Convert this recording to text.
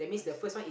I see